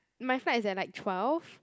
my flight is at like twelve